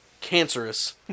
cancerous